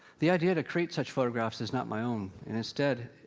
the idea to create such photographs is not my own, and instead,